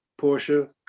Porsche